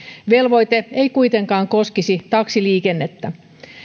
velvoite ei kuitenkaan koskisi taksiliikennettä